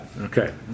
Okay